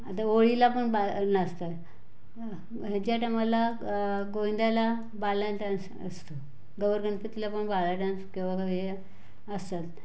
आता होळीला पण बा नाचतात ह्याच्या टायमाला गोंद्याला बाला डान्स असतो गवर गणपतीला पण बाला डान्स किंवा हे असतात